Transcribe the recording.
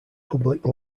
public